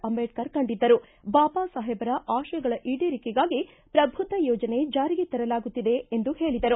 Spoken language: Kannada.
ಅಂಬೇಡ್ಕರ್ ಕಂಡಿದ್ದರು ಬಾಬಾಸಾಹೇಬರ ಆಶಯಗಳ ಈಡೇರಿಕೆಗಾಗಿ ಪ್ರಬುದ್ದ ಯೋಜನೆ ಜಾರಿಗೆ ತರಲಾಗುತ್ತಿದೆ ಎಂದು ಹೇಳಿದರು